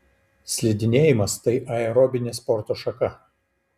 slidinėjimas tai aerobinė sporto šaka